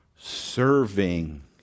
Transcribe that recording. Serving